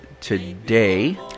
Today